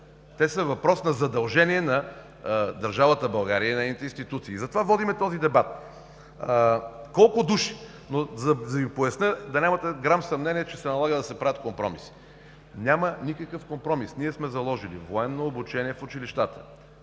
Те са въпрос на задължение на държавата България и нейните институции. Затова водим този дебат. Колко души? За да Ви поясня, да нямате грам съмнение, че се налага да се правят компромиси – няма никакъв компромис. Ние сме заложили военно обучение в училищата